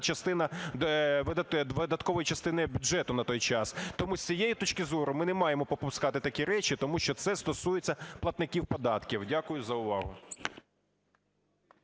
частина видаткової частини бюджету на той час. Тому з цієї точки зору ми не маємо пропускати такі речі, тому що це стосується платників податків. Дякую за увагу.